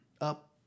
up